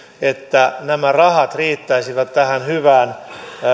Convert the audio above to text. että nämä rahat riittäisivät tähän hyvään